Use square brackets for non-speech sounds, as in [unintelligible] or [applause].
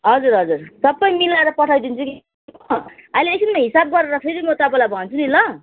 हजुर हजुर सबै मिलाएर पठाइदिन्छु नि [unintelligible] अहिले एकछिनमा हिसाब गरेर फेरि म तपाईँलाई भन्छु नि ल